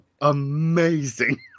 amazing